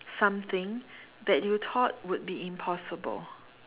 something that you thought would be impossible